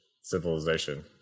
civilization